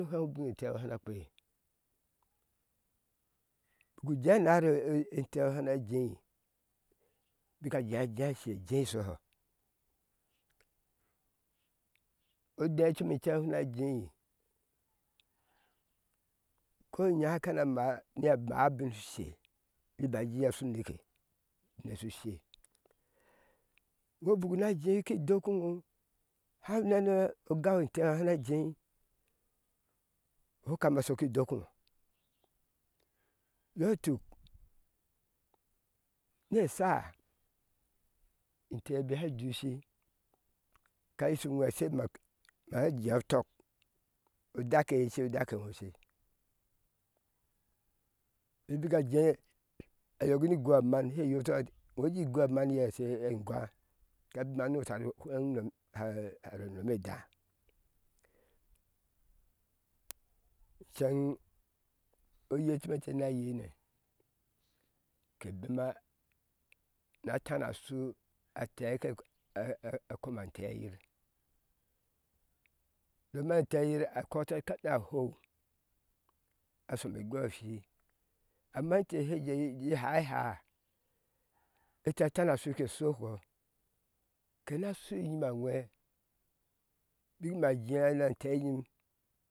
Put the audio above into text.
Ufweŋ ubine enteeŋo shapa kpei na bik ujea nashar e enteŋo shana jei bik a jea jea shashe ujei shoho oode ocɔme ceŋ onjei ko inya kana maa na maa ubin shusho be ida aji ije a shu uneke iŋobik una jei ki dokiŋo háá unene o gau entee shana jei shu kama shoi ki doki iŋo iyɔi tuk na sháá intee bik sha jeushu ka yeshi uŋwhe ashe nɔk màá jea utʊk odake ye ce odake eŋo a ibika jea yɔk niigua aman she e yootuwa ati iŋo ji igua man ke ashe egwaa ka ban no shahi koi nom hɛro onome dáá icceŋ oye comente na yeine ke bema na a tana shu antee a a a kma ante yir doma anteyir a kɔta kɔta a hou ashome igweoshi amma inte she jeyir aji haihaa ɛte atana ashue eke eshokɔ inte na shui inyime aŋwhe nima jea ma anteyim